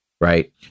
Right